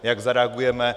Jak zareagujeme?